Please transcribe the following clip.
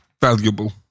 valuable